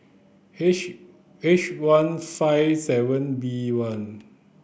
H H one five seven B one